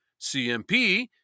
CMP